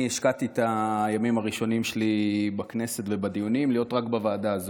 אני השקעתי את הימים הראשונים שלי בכנסת ובדיונים להיות רק בוועדה הזו.